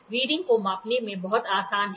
reading को मापने में बहुत आसान है